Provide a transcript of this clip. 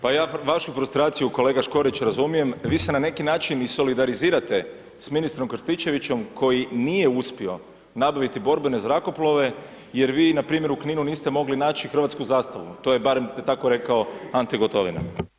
Pa ja vašu frustraciju kolega Škorić razumijem, vi se na neki način i solidarizirate s ministrom Krstičevićem koji nije uspio nabaviti borbene zrakoplove jer vi npr. u Kninu niste mogli naći Hrvatsku zastavu to je barem tako je rekao Ante Gotovina.